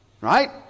Right